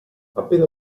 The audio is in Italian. appena